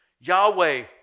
Yahweh